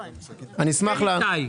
כן, איתי.